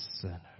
sinner